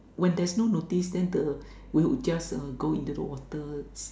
when there's no notice then the we would just uh go into the water